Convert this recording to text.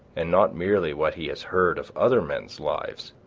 and not merely what he has heard of other men's lives